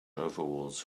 overalls